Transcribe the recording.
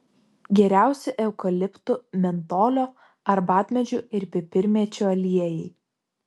geriausi eukaliptų mentolio arbatmedžių ir pipirmėčių aliejai